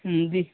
ہوں جی